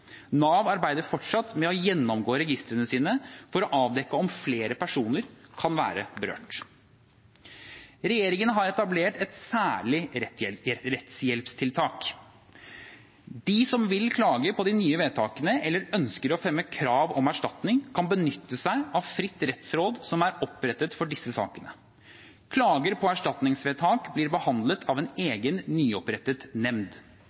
Nav arbeider fortsatt med å gjennomgå registrene sine for å avdekke om flere personer kan være berørt. Regjeringen har etablert et særlig rettshjelpstiltak. De som vil klage på de nye vedtakene eller ønsker å fremme krav om erstatning, kan benytte seg av fritt rettsråd som er opprettet for disse sakene. Klager på erstatningsvedtak blir behandlet av en egen, nyopprettet nemnd.